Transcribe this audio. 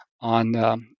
on